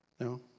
No